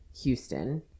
Houston